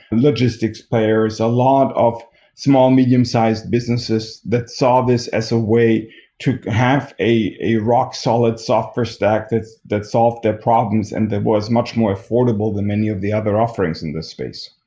logistics payers. a lot of small and medium-sized businesses that saw this as a way to have a a rock solid soft perspective that solved their problems and that was much more affordable than many of the other offerings in this space.